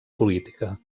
política